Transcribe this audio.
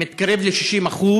מתקרב ל-60%,